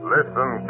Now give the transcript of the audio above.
Listen